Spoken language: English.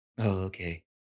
okay